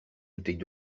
bouteille